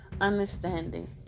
understanding